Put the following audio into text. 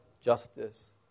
justice